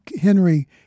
Henry